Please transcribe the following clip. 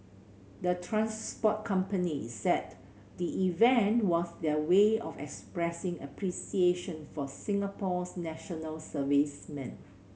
the transport companies said the event was their way of expressing appreciation for Singapore's national servicemen